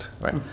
right